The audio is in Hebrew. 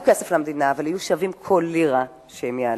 כסף למדינה אבל יהיו שווים כל לירה שהם יעלו.